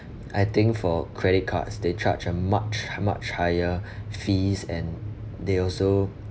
I think for credit cards they charge a much much higher fees and they also